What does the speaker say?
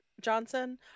Johnson